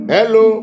Hello